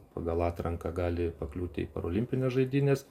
pagal atranką gali pakliūti į parolimpines žaidynes